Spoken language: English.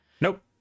Nope